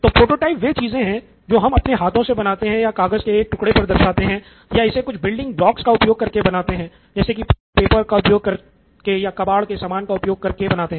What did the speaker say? तो प्रोटोटाइप वे चीजें हैं जो हम अपने हाथों से बनाते हैं या कागज के एक टुकड़े पर दर्शाते हैं या इसे कुछ बिल्डिंग ब्लॉक्स का उपयोग करके बनाते हैं जैसे कि पेन और पेपर का उपयोग करके या कबाड़ के सामान का उपयोग करके बनाते हैं